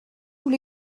tous